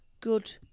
good